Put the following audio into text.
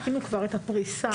עשינו כבר את הפריסה.